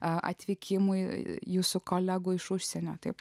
atvykimui į jūsų kolegų iš užsienio taip